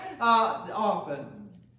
often